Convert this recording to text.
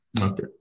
Okay